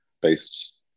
based